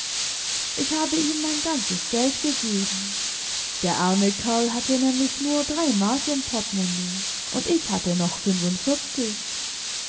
ich habe ihm mein ganzes geld gegeben der arme kerl hatte nämlich nur drei mark im portemonnaie und ich hatte noch fünfundvierzig